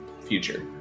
future